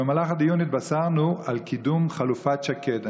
במהלך הדיון התבשרנו על קידום חלופת שקד.